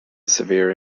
severe